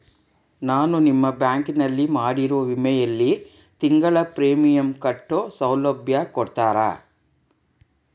ನಾನು ನಿಮ್ಮ ಬ್ಯಾಂಕಿನಲ್ಲಿ ಮಾಡಿರೋ ವಿಮೆಯಲ್ಲಿ ತಿಂಗಳ ಪ್ರೇಮಿಯಂ ಕಟ್ಟೋ ಸೌಲಭ್ಯ ಕೊಡ್ತೇರಾ?